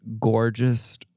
gorgeous